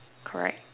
correct